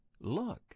look